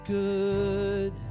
good